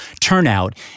turnout